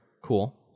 cool